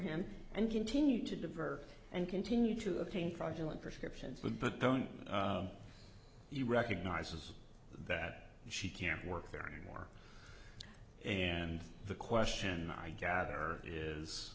him and continued to divert and continue to obtain fraudulent prescriptions but but don't you recognizes that she can't work there anymore and the question i gather is